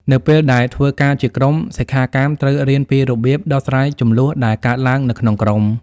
នៅពេលដែលធ្វើការជាក្រុម សិក្ខាកាមត្រូវរៀនពីរបៀប ដោះស្រាយជម្លោះ ដែលកើតឡើងនៅក្នុងក្រុម។